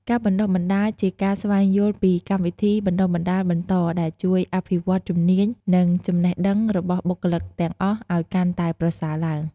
ការបណ្តុះបណ្តាលជាការ ស្វែងយល់ពីកម្មវិធីបណ្តុះបណ្តាលបន្តដែលជួយអភិវឌ្ឍជំនាញ និងចំណេះដឹងរបស់បុគ្គលិកទាំងអស់ឲ្យកាន់តែប្រសើរឡើង។